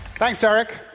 thanks, eric.